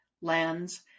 lands